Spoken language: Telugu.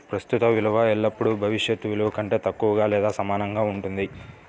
ప్రస్తుత విలువ ఎల్లప్పుడూ భవిష్యత్ విలువ కంటే తక్కువగా లేదా సమానంగా ఉంటుంది